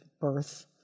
birth